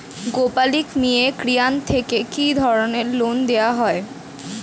গোপালক মিয়ে কিষান থেকে কি ধরনের লোন দেওয়া হয়?